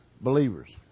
believers